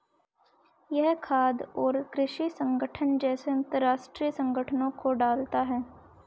यह खाद्य और कृषि संगठन जैसे अंतरराष्ट्रीय संगठनों को डालता है